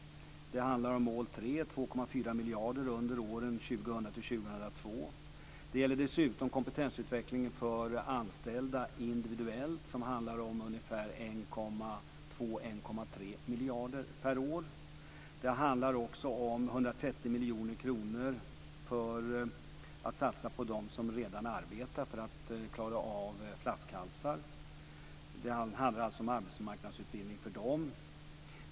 Det handlar om mål 3, dvs. 2,4 miljarder under åren 2000-2002. Det gäller dessutom kompetensutvecklingen för anställda individuellt, vilket handlar om ungefär 1,2-1,3 miljarder per år. Det handlar också om 130 miljoner kronor för att satsa på dem som redan arbetar för att klara av flaskhalsar - det handlar alltså om arbetsmarknadsutbildning för dem.